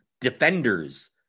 defenders